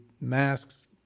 masks